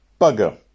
bugger